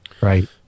right